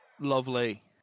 Lovely